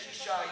יש אישה יקרה,